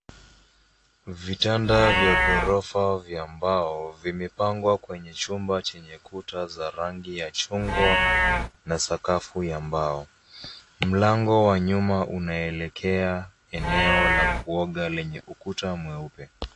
Vitanda vya ghorofa vya mbao vimepangwa kwenye chumba chenye kuta za rangi ya chungwa na sakafu ya mbao. Mlango wa nyuma unaelekea eneo la kuoga lenye ukuta mweupe.